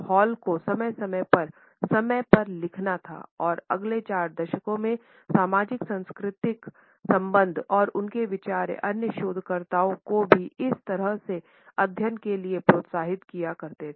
hall को समय समय पर समय पर लिखना था और अगले चार दशकों में सामाजिक सांस्कृतिक संबंध और उनके विचार अन्य शोधकर्ताओं को भी इसी तरह के अध्ययन के लिए प्रोत्साहित किया करते हैं